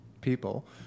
people